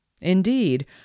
Indeed